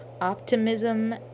optimism